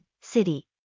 City